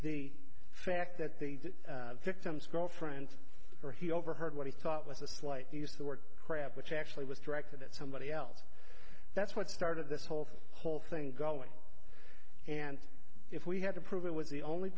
the fact that the victim's girlfriend or he overheard what he thought was a slight use the word crap which actually was directed at somebody else that's what started this whole thing whole thing going and if we had to prove it was the only